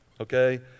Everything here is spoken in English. Okay